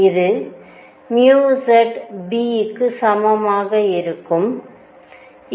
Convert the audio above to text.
இது zB க்கு சமமாக இருக்கும்